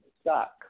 stuck